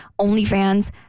OnlyFans